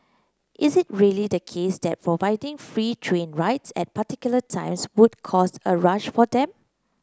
is it really the case that providing free train rides at particular times would cause a rush for them